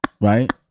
right